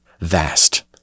vast